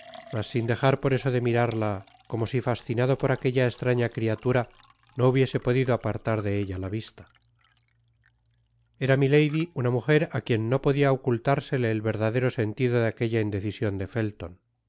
sin dejar por eso de mirarla como si fascinado por aquella estraña criatura no hubiese podido apartar de ella la vista era milady una mujer á quien no podia ocultársele el verdadero sentido de aquella indecision de felton